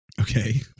Okay